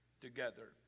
together